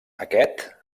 aquest